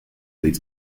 leads